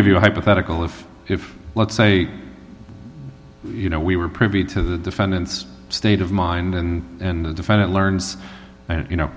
give you a hypothetical if if let's say you know we were privy to the defendant's state of mind and the defendant learns you know